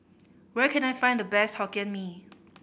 where can I find the best Hokkien Mee